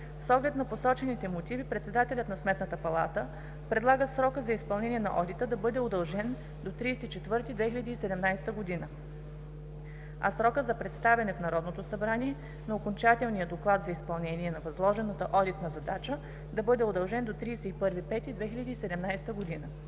С оглед на посочените мотиви, председателят на Сметната палата предлага срокът за изпълнение на одита да бъде удължен до 30 април 2017 г., а срокът за представяне в Народното събрание на окончателния Доклад за изпълнение на възложената одитна задача да бъде удължен до 31 май 2017 г.